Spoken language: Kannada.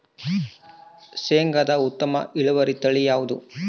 ಶೇಂಗಾದ ಉತ್ತಮ ಇಳುವರಿ ತಳಿ ಯಾವುದು?